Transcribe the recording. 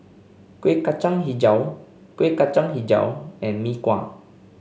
Kuih Kacang hijau Kuih Kacang hijau and Mee Kuah